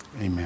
Amen